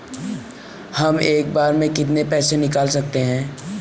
हम एक बार में कितनी पैसे निकाल सकते हैं?